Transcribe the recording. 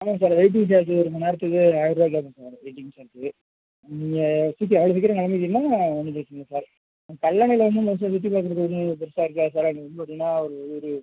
ஆமாம்ங்க சார் அது waiting charge ஒரு மண் நேரத்துக்கு ஆயிர்ரூவா கேட்போம் சார் வெயிட்டிங் சார்ஜு நீங்கள் சீக்கிரம் அவ்வளோ சீக்கிரம் கிளம்பிட்டிங்கனா ஒன்றும் பிரச்சனை இல்லை சார் கல்லணையில் வந்து மோஸ்ட்லி சுற்றிப் பார்க்குறதுக்கு ஒன்றும் பெருசாக இருக்காது சார் அங்கே வந்து பார்த்திங்கனா ஒரு ஒரு